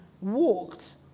walked